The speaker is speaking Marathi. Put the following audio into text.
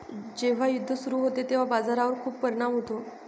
जेव्हा युद्ध सुरू होते तेव्हा बाजारावर खूप परिणाम होतो